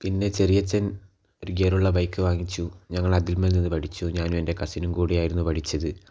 പിന്നെ ചെറിയച്ചൻ ഒരു ഗിയറുള്ള ബൈക്ക് വാങ്ങിച്ചു ഞങ്ങളതിൽമേൽ നിന്നും പഠിച്ചു ഞാനും എൻറ്റെ കസിനും കൂടെയായിരുന്നു പഠിച്ചത്